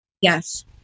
Yes